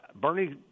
Bernie